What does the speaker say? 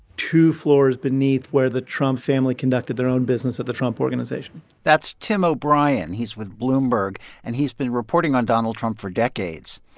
two floors beneath where the trump family conducted their own business at the trump organization that's tim o'brien. he's with bloomberg. and he's been reporting on donald trump for decades.